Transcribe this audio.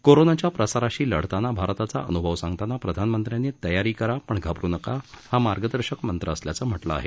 कोरोनाच्या प्रसाराशी लढताना भारताचा अनुभव सांगताना प्रधानमंत्र्यांनी तयारी करा पण घाबरू नका हा मार्गदर्शक मंत्र असल्याचं म्हटलं आहे